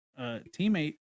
teammate